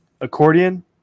accordion